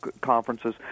conferences